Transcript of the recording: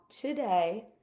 today